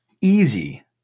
easy